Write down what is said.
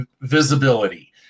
visibility